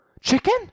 Chicken